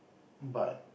but